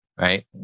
right